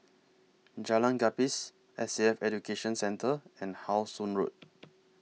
Jalan Gapis S A F Education Centre and How Sun Road